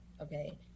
okay